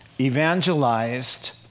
evangelized